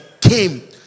came